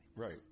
Right